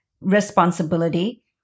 responsibility